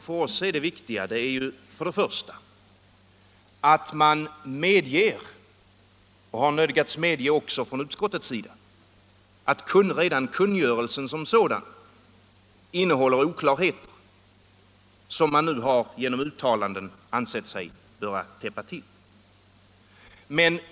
Det viktiga för oss är för det första att man medger — har nödgats medge - från utskottets sida att redan kungörelsen som sådan innehåller oklarheter som man nu genom uttalanden ansett sig böra täppa till.